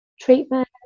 treatment